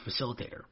facilitator